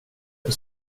jag